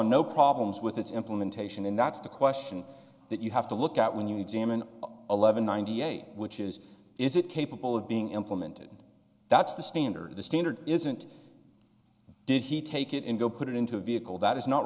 no problems with its implementation and that's the question that you have to look at when you examine eleven ninety eight which is is it capable of being implemented that's the standard the standard isn't did he take it in go put it into a vehicle that is not